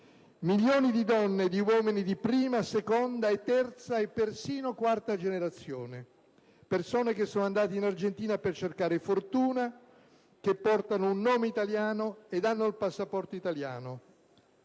Milioni di donne e di uomini di prima, seconda, terza e persino quarta generazione. Persone che sono andate in Argentina per cercare fortuna, che portano un nome italiano ed hanno il passaporto italiano.